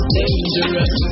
dangerous